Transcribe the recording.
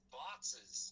boxes